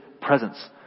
presence